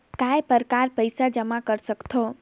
काय प्रकार पईसा जमा कर सकथव?